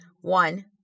one